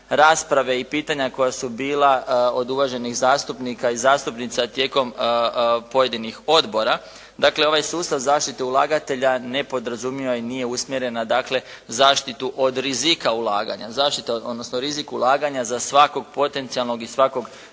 rasprave i pitanja koja su bila od uvaženih zastupnika i zastupnica tijekom pojedinih odbora. Dakle, ovaj sustav zaštite ulagatelja ne podrazumijeva i nije usmjerena dakle zaštitu od rizika ulaganja, odnosno rizik ulaganja za svakog potencijalnog i svakog